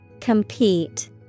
Compete